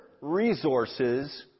resources